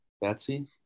Betsy